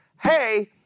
hey